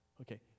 Okay